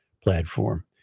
platform